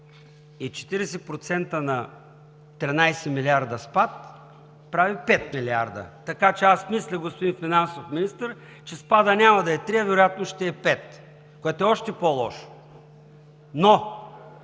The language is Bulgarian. и 40% на 13 милиарда спад прави 5, така че аз мисля, господин финансов Министър, че спадът няма да е 3, а вероятно ще е 5 милиарда, което е още по-лошо. Но